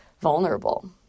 vulnerable